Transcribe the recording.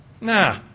nah